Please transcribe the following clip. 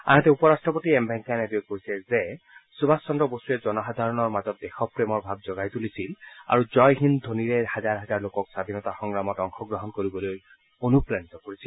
আনহাতে উপ ৰাট্টপতি এম ভেংকায়া নাইডুৱে কৈছে যে সুভাষ চন্দ্ৰ বসুৱে জনসাধাৰণৰ মাজত দেশপ্ৰেমৰ ভাৱ জগাই তুলিছিল আৰু জয় হিন্দ ধবনিৰে হাজাৰ হাজাৰ লোকক স্বাধীনতা সংগ্ৰামত অংশগ্ৰহণ কৰিবলৈ অনুপ্ৰাণিত কৰিছিল